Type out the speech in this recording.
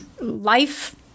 life